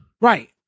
Right